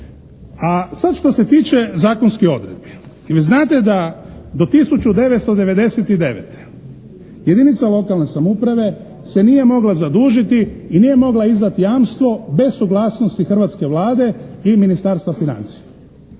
A sad što se tiče zakonskih odredbi. Vi znate da do 1999. jedinica lokalne samouprave se nije mogla zadužiti i nije mogla izdati jamstvo bez suglasnosti hrvatske Vlade i Ministarstva financija.